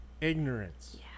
ignorance